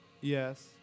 yes